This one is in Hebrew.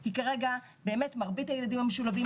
כי כרגע באמת מרבית הילדים המשולבים